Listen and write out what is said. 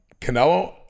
Canelo